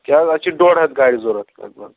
کیٛاہ حظ اَسہِ چھِ ڈۄڈ ہَتھ گاڑِ ضروٗرت لگ بگ